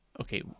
okay